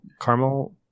caramel